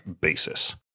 basis